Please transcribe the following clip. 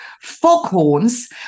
foghorns